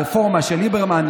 הרפורמה של ליברמן,